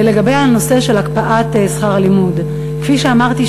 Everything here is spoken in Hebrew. לגבי הנושא של הקפאת שכר הלימוד: כפי שאמרתי